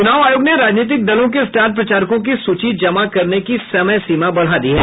चुनाव आयोग ने राजनीतिक दलों के स्टार प्रचारकों की सूची जमा करने की समयसीमा बढ़ा दी है